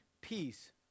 peace